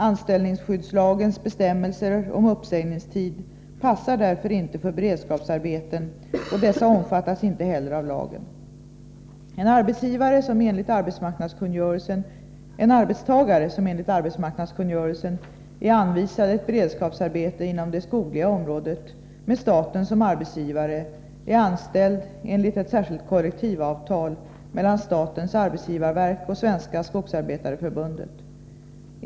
Anställningsskyddslagens bestämmelser om uppsägningstid passar därför inte för beredskapsarbeten, och dessa omfattas inte heller av lagen. En arbetstagare som enligt arbetsmarknadskungörelsen är anvisad ett beredskapsarbete inom det skogliga området med staten som arbetsgivare är anställd enligt ett särskilt kollektivavtal mellan statens arbetsgivarverk och Svenska skogsarbetareförbundet.